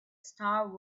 star